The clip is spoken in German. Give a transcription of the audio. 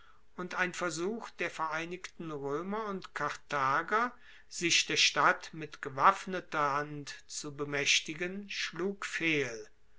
und ein versuch der vereinigten roemer und karthager sich der stadt mit gewaffneter hand zu bemaechtigen schlug fehl